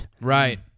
Right